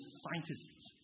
scientists